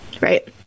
right